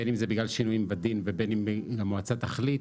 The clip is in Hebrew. בין אם זה בגלל שינויים בדין ובין אם המועצה תחליט,